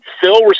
Phil